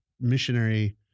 missionary